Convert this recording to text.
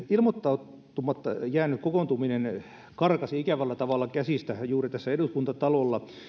ilmoittautumatta jäänyt kokoontuminen karkasi ikävällä tavalla käsistä juuri tässä eduskuntatalolla